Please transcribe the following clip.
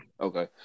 Okay